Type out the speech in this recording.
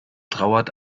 trauert